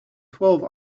twelve